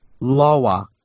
lower